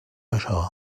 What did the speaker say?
això